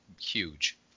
huge